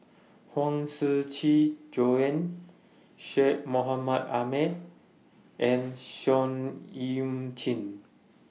Huang Shiqi Joan Syed Mohamed Ahmed and Seah EU Chin